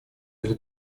для